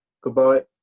Goodbye